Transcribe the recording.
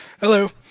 Hello